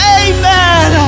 amen